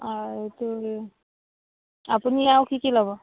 অঁ এইটো আপুনি আৰু কি কি ল'ব